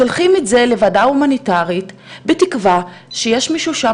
שולחים את זה לוועדה ההומניטארית בתקווה שיש מישהו שם